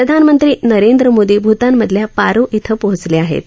प्रधानमंत्री नरेंद्र मोदी भूतानमधल्या शारो इथं शोहोचल आहप्र